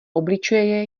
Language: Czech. obličeje